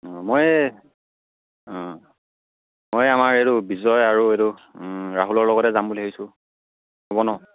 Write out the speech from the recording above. অঁ মই এই অঁ মই আমাৰ এইটো বিজয় আৰু এইটো ৰাহুলৰ লগতে যাম বুলি ভাবিছোঁ হ'ব নহ্